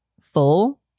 full